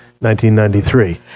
1993